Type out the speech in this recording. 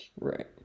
right